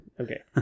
Okay